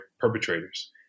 perpetrators